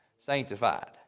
sanctified